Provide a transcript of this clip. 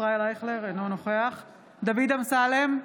אינו נוכח דוד אמסלם,